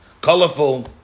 colorful